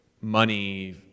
money